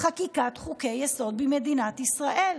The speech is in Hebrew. חקיקת חוקי-יסוד במדינת ישראל: